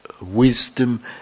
wisdom